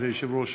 אדוני היושב-ראש,